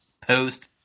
post